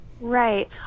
Right